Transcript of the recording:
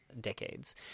decades